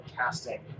casting